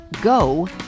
go